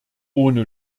ohne